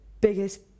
biggest